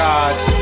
Gods